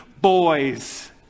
boys